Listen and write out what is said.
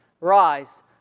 Rise